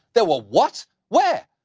there were what? where?